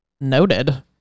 noted